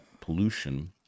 pollution